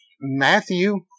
Matthew